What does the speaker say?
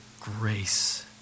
grace